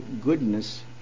goodness